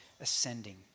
ascending